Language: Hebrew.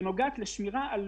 היא נוגעת לשמירה על